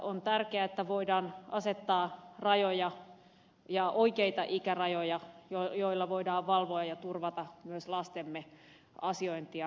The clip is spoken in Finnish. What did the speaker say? on tärkeää että voidaan asettaa rajoja ja oikeita ikärajoja joilla voidaan valvoa ja turvata myös lastemme asiointia internet maailmassa